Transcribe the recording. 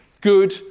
good